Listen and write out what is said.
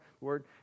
word